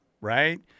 right